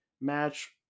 match